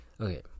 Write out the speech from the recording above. Okay